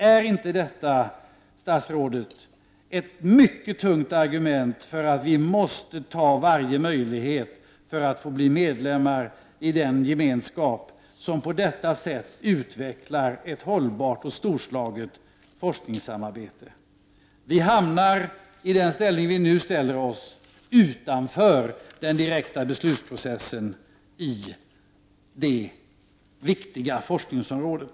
Är inte detta, statsrådet, ett mycket tungt argument för att vi måste ta varje möjlighet att bli medlem i den gemenskap som på detta sätt utvecklar ett hållbart och storslaget forskningssamarbete? Vi hamnar, i den position där vi nu ställer oss, utanför den direkta beslutsprocessen inom det viktiga forskningsområdet.